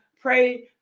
pray